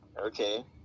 Okay